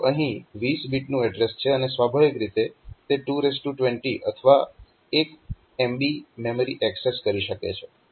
તો અહીં 20 બીટનું એડ્રેસ છે અને સ્વાભાવિક રીતે તે 220 અથવા 1 MB મેમરી એક્સેસ કરી શકે છે